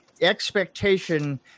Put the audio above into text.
expectation